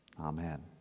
Amen